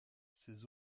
ses